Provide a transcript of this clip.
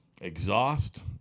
exhaust